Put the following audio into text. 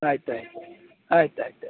ಆಯ್ತು ಆಯ್ತು ಆಯ್ತು ಆಯ್ತು ಆಯ್ತು